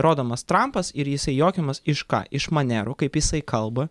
rodomas trampas ir jisai jokiamas iš ką iš manerų kaip jisai kalba